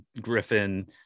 Griffin